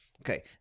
Okay